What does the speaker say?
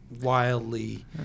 wildly